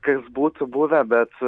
kas būtų buvę bet